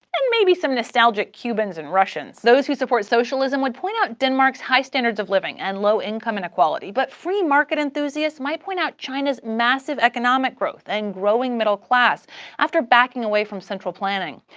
and may some nostalgic cubans and russians. those who support socialism would point out denmark's high standards of living and low income inequality, but free market enthusiasts might point out china's massive economic growth and growing middle class after backing away from central planning.